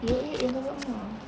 you ate yong tau foo kat mana